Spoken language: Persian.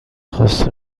خسته